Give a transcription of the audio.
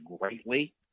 greatly